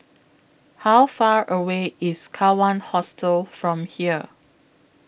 How Far away IS Kawan Hostel from here